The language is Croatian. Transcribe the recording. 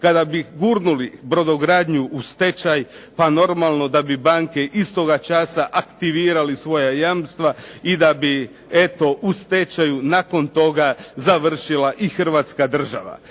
Kada bi gurnuli brodogradnju u stečaj, pa normalno da bi banke istoga časa aktivirali svoja jamstva i da bi eto u stečaju nakon toga završila i hrvatska država.